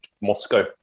Moscow